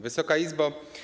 Wysoka Izbo!